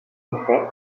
effet